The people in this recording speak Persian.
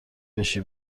بشی